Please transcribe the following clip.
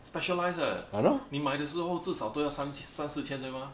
specialized eh 你买的时候至少都要三四千对吗